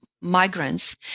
migrants